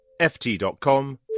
ft.com